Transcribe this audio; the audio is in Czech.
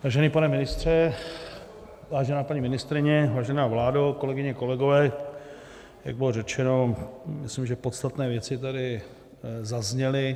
Vážený pane ministře, vážená paní ministryně, vážená vládo, kolegyně, kolegové, jak bylo řečeno, myslím, že podstatné věci tady zazněly.